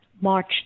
march